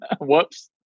Whoops